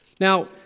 Now